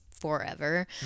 forever